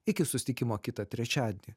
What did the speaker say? iki susitikimo kitą trečiadienį